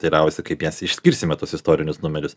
teiravosi kaip jas išskirsime tuos istorinius numerius